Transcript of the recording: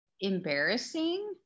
embarrassing